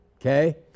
Okay